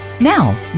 Now